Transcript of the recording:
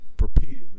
repeatedly